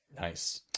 nice